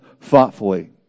thoughtfully